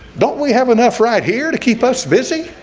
don't we have enough right here to keep us busy?